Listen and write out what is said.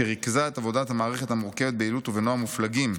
שריכזה את עבודת המערכת המורכבת ביעילות ובנועם מופלגים,